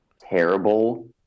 terrible